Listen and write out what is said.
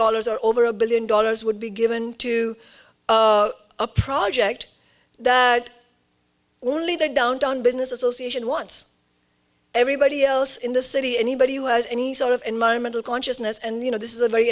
dollars or over a billion dollars would be given to a project that only the downtown business association wants everybody else in the city anybody who has any sort of environmental consciousness and you know this is a very